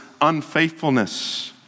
unfaithfulness